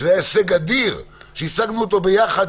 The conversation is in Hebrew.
שזה היה הישג אדיר שהשגנו אותו ביחד,